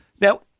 Now